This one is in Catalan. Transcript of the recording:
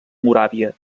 moràvia